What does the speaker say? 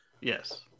Yes